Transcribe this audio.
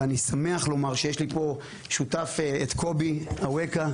ואני שמח לומר שיש לי פה כשותף את קובי אווקה,